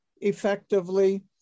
effectively